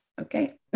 Okay